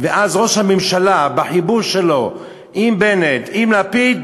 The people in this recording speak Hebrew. ואז ראש הממשלה, בחיבור שלו עם בנט, עם לפיד,